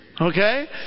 Okay